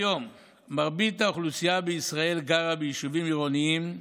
כיום מרבית האוכלוסייה בישראל גרה ביישובים עירוניים,